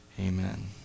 amen